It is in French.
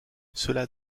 cela